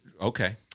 Okay